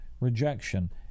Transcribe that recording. rejection